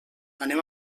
anem